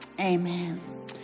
Amen